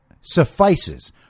suffices